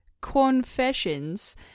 confessions